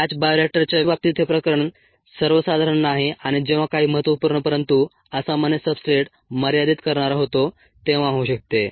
batch बायोरिअॅक्टरच्या बाबतीत हे प्रकरण सर्वसाधारण नाही आणि जेव्हा काही महत्त्वपूर्ण परंतु असामान्य सब्सट्रेट मर्यादित करणारा होतो तेव्हा होऊ शकते